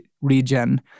region